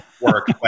work